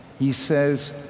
he says,